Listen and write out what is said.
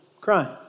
crime